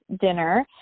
dinner